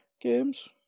games